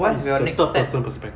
what is your next step